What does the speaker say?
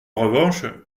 revanche